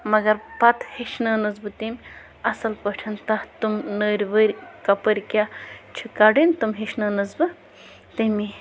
مگر پَتہٕ ہیٚچھنٲونَس بہٕ تٔمۍ اَصٕل پٲٹھ تَتھ تِم نٔرۍ ؤرۍ کَپٲرۍ کیٛاہ چھِ کَڑٕنۍ تِم ہیٚچھنٲونَس بہٕ تٔمی